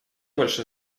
больше